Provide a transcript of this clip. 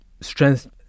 strength